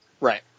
Right